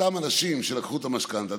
אותם אנשים שלקחו את המשכנתה,